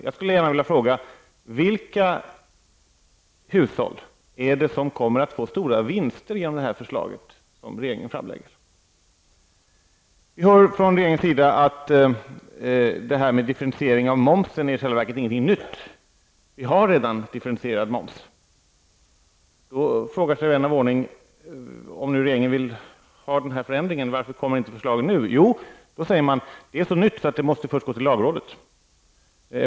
Jag skulle gärna vilja fråga: Vilka hushåll är det som kommer att göra stora vinster genom det förslag som regeringen vill framlägga? Vi hör från regeringens sida att en differentiering av momsen i själva verket inte är någonting nytt; vi har redan differentierad moms. Då frågar sig vän av ordning: Om regeringen vill genomföra den här förändringen, varför framläggs då inte förslaget nu? Då säger man att det är så nytt att det först måste gå till lagrådet.